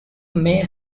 may